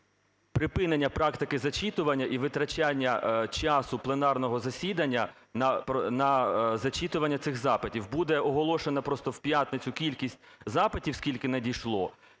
припинення практики зачитування і витрачання часу пленарного засідання на зачитування цих запитів. Буде оголошено просто в п'ятницю кількість запитів, скільки надійшло,